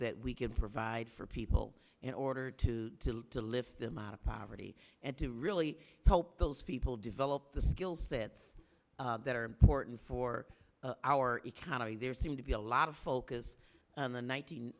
that we can provide for people in order to to to lift them out of poverty and to really help those people develop the skill sets that are important for our economy there seemed to be a lot of focus on the